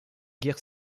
guerre